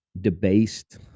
debased